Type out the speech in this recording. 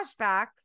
flashbacks